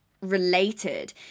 related